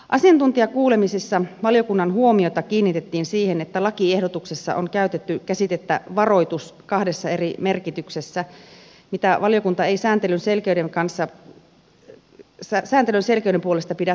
asiantuntijakuulemisissa valiokunnan huomiota kiinnitettiin siihen että lakiehdotuksessa on käytetty käsitettä varoitus kahdessa eri merkityksessä mitä valiokunta ei sääntelyn selkeyden puolesta pidä tyydyttävänä